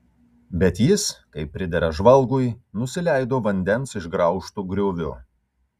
bet jis kaip pridera žvalgui nusileido vandens išgraužtu grioviu